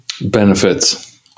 Benefits